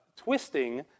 twisting